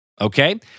okay